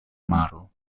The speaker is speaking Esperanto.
maro